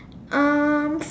um